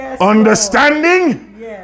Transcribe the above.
understanding